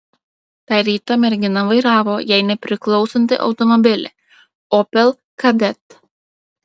tą rytą mergina vairavo jai nepriklausantį automobilį opel kadett